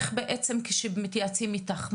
בעצם כשמתייעצים איתך,